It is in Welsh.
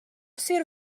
sir